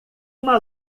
uma